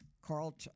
Carl